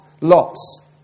lots